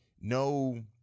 no